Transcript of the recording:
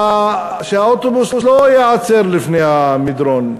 שהאוטובוס לא ייעצר לפני המדרון.